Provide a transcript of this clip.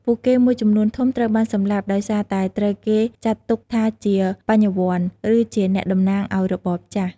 ពួកគេមួយចំនួនធំត្រូវបាន សម្លាប់ ដោយសារតែត្រូវគេចាត់ទុកថាជា "បញ្ញវន្ត" ឬជាអ្នកតំណាងឱ្យរបបចាស់។